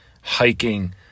hiking